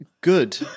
good